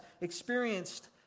experienced